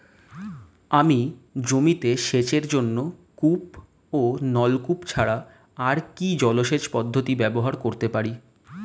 আমি জমিতে সেচের জন্য কূপ ও নলকূপ ছাড়া আর কি জলসেচ পদ্ধতি ব্যবহার করতে পারি?